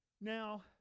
Now